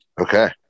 okay